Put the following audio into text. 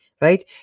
right